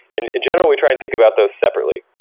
and in general, we try and think about those separately.